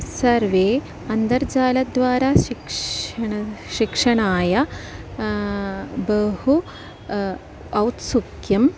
सर्वे अन्तर्जालद्वारा शिक्षणं शिक्षणाय बहु औत्सुक्यं